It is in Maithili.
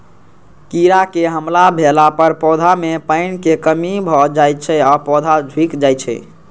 कीड़ाक हमला भेला पर पौधा मे पानिक कमी भए जाइ छै आ पौधा झुकि जाइ छै